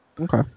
Okay